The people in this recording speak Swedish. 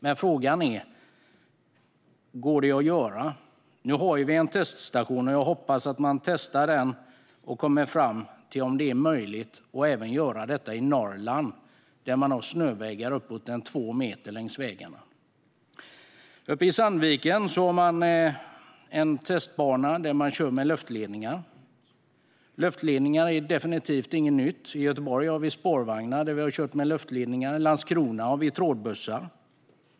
Men frågan är: Går det att göra? Nu har vi en teststation, och jag hoppas att man testar detta och kommer fram till om det är möjligt att göra det även i Norrland, där man har snöväggar på uppemot två meter längs vägarna. Uppe i Sandviken har man en testbana där man kör med luftledningar. Luftledningar är definitivt inget nytt. I Göteborg har vi spårvagnar som körs med luftledningar. I Landskrona har vi trådbussar.